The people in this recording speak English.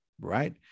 right